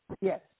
Yes